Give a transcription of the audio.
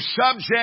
subject